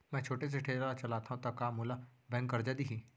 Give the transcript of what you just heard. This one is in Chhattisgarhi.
मैं छोटे से ठेला चलाथव त का मोला बैंक करजा दिही?